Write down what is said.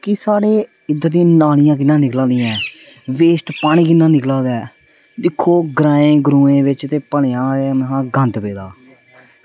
कि साढ़े इद्धर नालियां कि'यां निकला दियां वेस्ट कि'यां निकला दा ऐ दिक्खो ग्रांऽ ग्रांऽ बिच्च ते भलेआं महा गंद पेदा